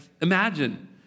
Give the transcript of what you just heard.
imagine